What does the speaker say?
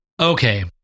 okay